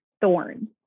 thorns